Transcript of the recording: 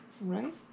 Right